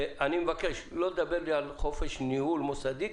ואני מבקש לא לדבר אתי על חופש ניהול מוסדי,